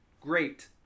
Great